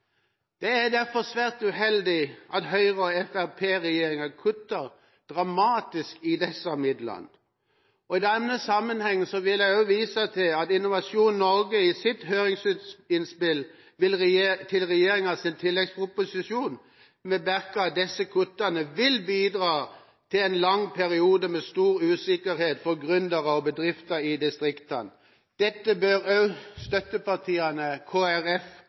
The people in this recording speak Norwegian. Det er derfor svært uheldig at Høyre–Fremskrittsparti-regjeringa kutter dramatisk i disse midlene. I denne sammenheng vil jeg også vise til at Innovasjon Norge i sitt høringsinnspill til regjeringas tilleggsproposisjon bemerket at disse kuttene vil bidra til en lang periode med stor usikkerhet for gründere og bedrifter i distriktene. Dette bør også støttepartiene